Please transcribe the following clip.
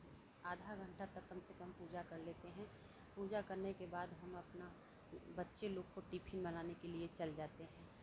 आधा घंटा तो कम से कम पूजा कर लेते हैं पूजा करने के बाद हम अपना बच्चे लोग को टिफिन बनाने के लिये चले जाते हैं